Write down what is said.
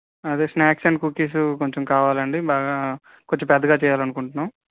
అదే snacks and cookies కొంచెం కావాలండి బాగా కొంచెం పెద్దగా చేయాలి అనుకుంటున్నాం